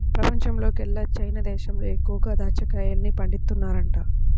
పెపంచంలోకెల్లా చైనా దేశంలో ఎక్కువగా దాచ్చా కాయల్ని పండిత్తన్నారంట